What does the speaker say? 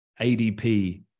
ADP